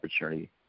opportunity